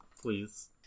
Please